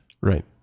Right